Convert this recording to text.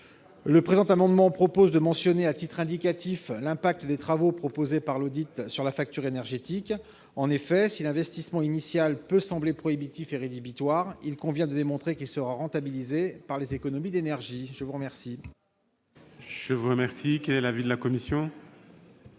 Le présent amendement vise à mentionner à titre indicatif l'impact des travaux proposés par l'audit sur la facture énergétique. Si l'investissement initial peut sembler prohibitif et rédhibitoire, il convient de démontrer qu'il sera rentabilisé par les économies d'énergie. Quel est l'avis de la commission ?